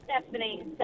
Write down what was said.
Stephanie